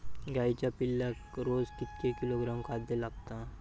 गाईच्या पिल्लाक रोज कितके किलोग्रॅम खाद्य लागता?